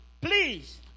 Please